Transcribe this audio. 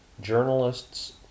journalists